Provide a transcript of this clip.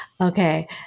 Okay